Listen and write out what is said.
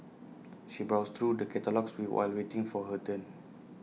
she browsed through the catalogues we while waiting for her turn